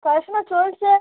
পড়াশোনা চলছে